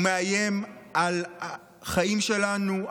הוא מאיים על החיים שלנו,